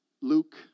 Luke